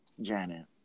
Janet